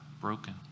broken